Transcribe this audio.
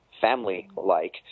family-like